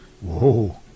Whoa